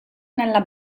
nella